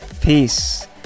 peace